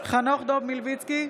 חנוך דב מלביצקי,